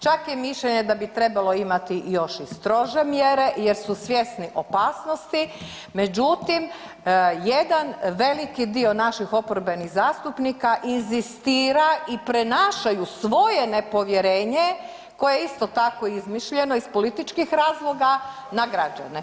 Čak je mišljenje da bi trebalo imati još i strože mjere jer su svjesni opasnosti, međutim jedan veliki dio naših oporbenih zastupnika inzistira i prenašaju svoje nepovjerenje koje je isto tako izmišljeno iz političkih razloga na građane.